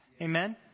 Amen